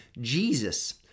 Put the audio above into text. Jesus